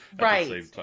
Right